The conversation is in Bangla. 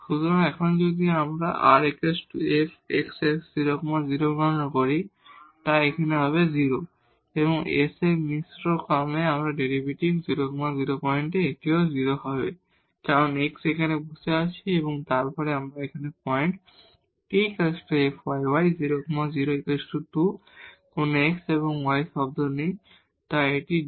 সুতরাং এখন যদি আমরা r fxx 0 0 গণনা করি তাহলে এটি হবে 0 s এ মিশ্র ক্রমে আংশিক ডেরিভেটিভ 00 পয়েন্টে এটিও 0 হবে কারণ x এখানে বসে আছে এবং তারপর এখানে পয়েন্ট আবার এই t fyy 0 0 2 কোন x এবং y টার্ম নেই তাই এটি 2